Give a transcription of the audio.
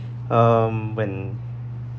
um when